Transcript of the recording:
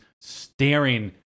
staring